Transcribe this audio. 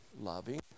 loving